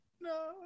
no